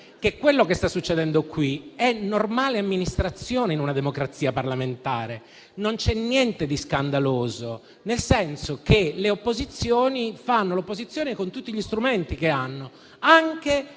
che quello che sta succedendo qui è normale amministrazione in una democrazia parlamentare. Non c'è niente di scandaloso in questo, nel senso che le opposizioni fanno l'opposizione, con tutti gli strumenti che hanno, anche